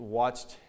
watched